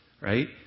right